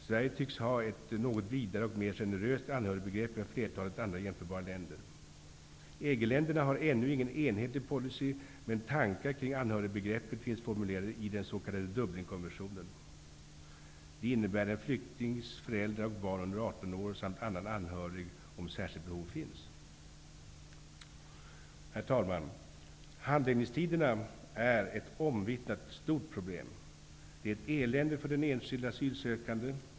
Sverige tycks ha ett något vidare och mer generöst anhörigbegrepp än flertalet andra jämförbara länder. EG-länderna har ännu ingen enhetlig policy, men tankar kring anhörigbegreppet finns formulerade i den s.k. Dublinkonventionen. Det innebär en flyktings föräldrar och barn under Herr talman! Handläggningstiderna är ett omvittnat stort problem. Det är ett elände för den enskilde asylsökanden.